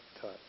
touch